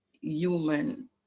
human